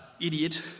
idiot